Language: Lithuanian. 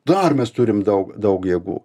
dar mes turim daug daug jėgų